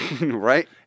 Right